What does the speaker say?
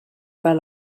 pas